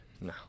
No